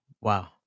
Wow